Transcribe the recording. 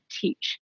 teach